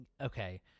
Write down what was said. Okay